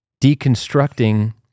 deconstructing